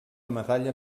medalla